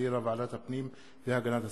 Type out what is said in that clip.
שהחזירה ועדת הפנים והגנת הסביבה.